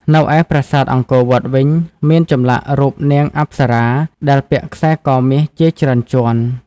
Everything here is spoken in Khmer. ឯនៅប្រាសាទអង្គរវត្តវិញ មានចម្លាក់រូបនាងអប្សរាដែលពាក់ខ្សែកមាសជាច្រើនជាន់។